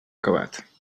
acabat